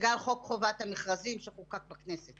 בגלל חוק חובת המכרזים, שחוקק בכנסת.